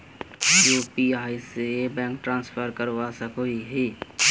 UPI से bank transfer करवा सकोहो ही?